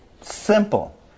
Simple